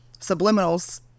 subliminals